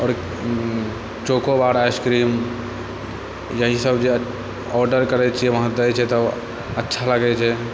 आओर chocobar ice cream इएहसब जे ऑडर करै छिए तऽ वहाँ दै छै अच्छा लागै छै